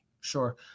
Sure